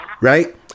right